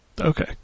Okay